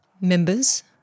members